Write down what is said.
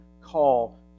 call